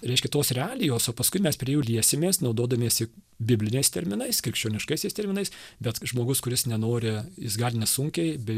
reiškė tos realijos o paskui mes prie jų liesimės naudodamiesi bibliniais terminais krikščioniškasis terminais bet žmogus kuris nenori jis gali nesunkiai be